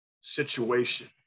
situation